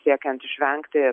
siekiant išvengti